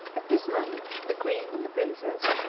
at this moment, the queen and the princess,